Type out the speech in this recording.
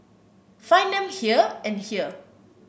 find them here and here